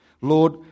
Lord